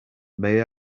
may